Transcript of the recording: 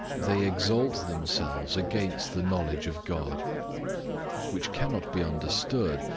they exalt themselves against the knowledge of god which cannot be understood,